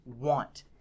want